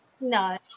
No